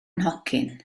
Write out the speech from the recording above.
nhocyn